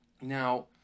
now